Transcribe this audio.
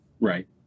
Right